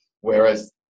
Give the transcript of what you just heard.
Whereas